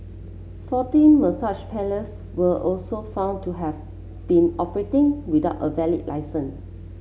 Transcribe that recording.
fourteen massage parlours were also found to have been operating without a valid licence